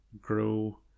grow